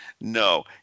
No